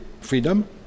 freedom